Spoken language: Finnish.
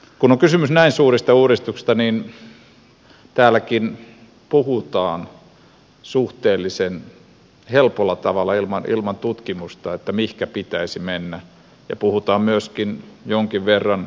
kun on kysymys näin suurista uudistuksista niin täälläkin puhutaan suhteellisen helpolla tavalla ilman tutkimusta mihinkä pitäisi mennä ja puhutaan myöskin jonkin verran sivusta